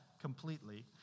completely